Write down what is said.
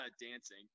dancing